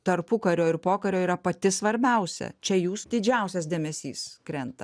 tarpukario ir pokario yra pati svarbiausia čia jūs didžiausias dėmesys krenta